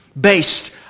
based